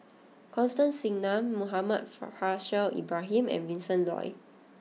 Constance Singam Muhammad Faishal Ibrahim and Vincent Leow